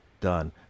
done